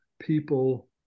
people